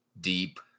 deep